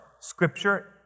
Scripture